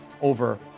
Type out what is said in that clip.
over